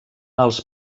els